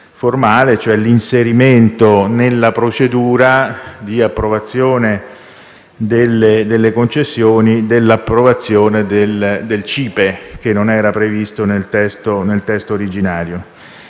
cioè l'inserimento nella procedura di approvazione delle concessioni dell'approvazione del CIPE, che non era prevista nel testo originario.